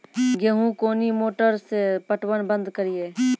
गेहूँ कोनी मोटर से पटवन बंद करिए?